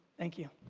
thank you.